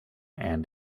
and